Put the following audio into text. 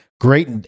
Great